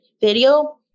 video